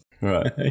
right